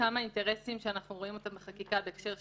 לאינטרסים שאנחנו רואים אותם בחקיקה.